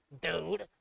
dude